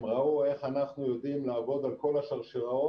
הם ראו איך אנחנו יודעים לעבוד על כל השרשראות,